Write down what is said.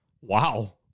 Wow